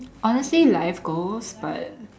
honestly life goals but